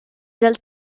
dal